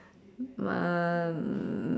um